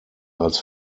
als